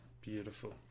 Beautiful